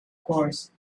course